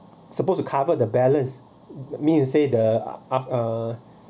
supposed to covered the balance mean you say the half uh